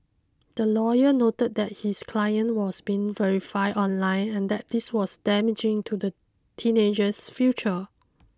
the lawyer noted that his client was being verified online and that this was damaging to the teenager's future